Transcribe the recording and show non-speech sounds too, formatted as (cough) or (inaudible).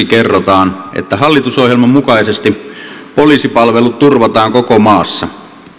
(unintelligible) kerrotaan että hallitusohjelman mukaisesti poliisipalvelut turvataan koko maassa